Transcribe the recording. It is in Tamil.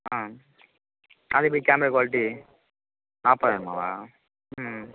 ஆ அதே மாரி கேமரா குவாலிட்டி நாப்ப ம்